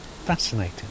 fascinating